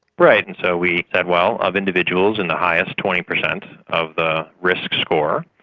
right, and so we said, well, of individuals in the highest twenty percent of the risk score,